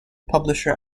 publisher